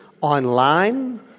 online